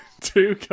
Two